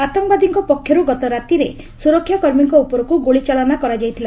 ଆତଙ୍କବାଦୀଙ୍କ ପକ୍ଷରୁ ଗତ ରାତିରେ ସୁରକ୍ଷାକର୍ମୀଙ୍କ ଉପରକୁ ଗୁଳି ଚାଳନା କରାଯାଇଥିଲା